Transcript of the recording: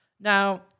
Now